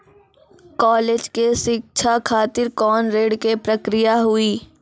College के शिक्षा खातिर कौन ऋण के प्रक्रिया हुई?